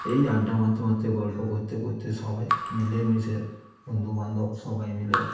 এই আড্ডা মারতে মারতে গল্প করতে করতে সবাই মিলে মিশে বন্ধুবান্ধব সবাই মিলে